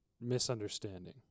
misunderstanding